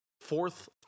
fourth